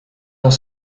dans